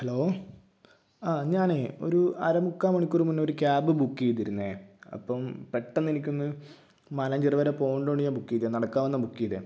hello ആ ഞാനേ ഒരു അര മുക്കാമണിക്കൂർ മുന്നേ ഒരു ക്യാബ് ബുക്ക് ചെയ്തിരുന്നേ അപ്പം പെട്ടന്ന് എനിക്കൊന്ന് മാലാഞ്ചിറ വരെ പോകേണ്ടത് കൊണ്ട് ബുക്ക് ചെയ്തത് നടക്കാവുന്നാണ് ബുക്ക് ചെയ്തത്